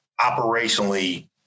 operationally